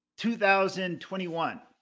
2021